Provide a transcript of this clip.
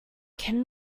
can